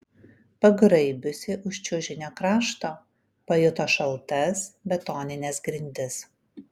pagraibiusi už čiužinio krašto pajuto šaltas betonines grindis